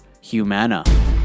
Humana